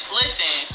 listen